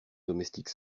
domestique